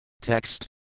Text